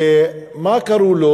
ואיך קראו לו?